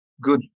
good